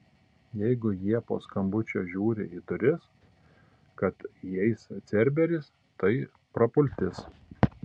jeigu jie po skambučio žiūri į duris kad įeis cerberis tai prapultis